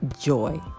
joy